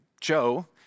Joe